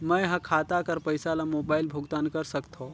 मैं ह खाता कर पईसा ला मोबाइल भुगतान कर सकथव?